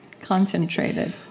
concentrated